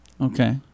Okay